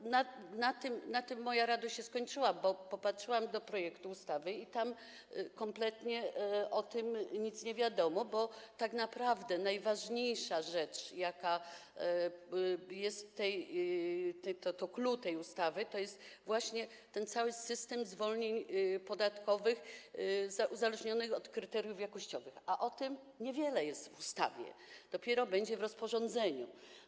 I na tym moja radość się skończyła, bo popatrzyłam do projektu ustawy i tam kompletnie o tym nic nie wiadomo, bo tak naprawdę najważniejsza rzecz, jaka jest, to clou tej ustawy, to jest właśnie ten cały system zwolnień podatkowych uzależnionych od kryteriów jakościowych, a o tym niewiele jest w ustawie, dopiero to będzie w rozporządzeniu.